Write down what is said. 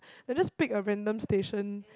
like just pick a random station